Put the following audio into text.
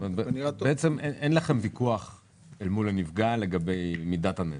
בעצם אין לכם ויכוח אל מול הנפגע לגבי מידת הנזק.